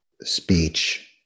speech